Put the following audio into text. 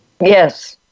Yes